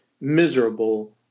miserable